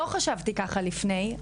לא חשבתי ככה לפני,